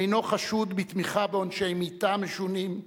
אינו חשוד בתמיכה בעונשי מיתה משונים,